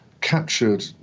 captured